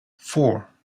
four